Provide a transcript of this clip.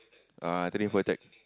ah three four A tech